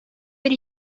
bir